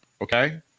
Okay